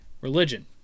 Religion